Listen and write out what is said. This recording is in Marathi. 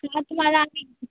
हा तुम्हाला